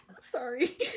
Sorry